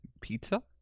pizza